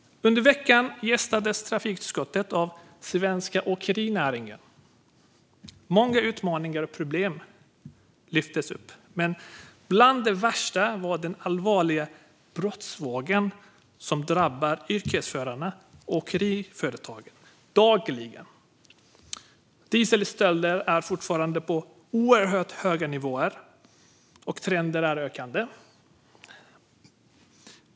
Under veckan gästades trafikutskottet av den svenska åkerinäringen. Många utmaningar och problem lyftes upp, men bland det värsta var den allvarliga brottsvåg som dagligen drabbar yrkesförarna och åkeriföretagen. Dieselstölderna är fortfarande på oerhört höga nivåer, och trenden är ökande.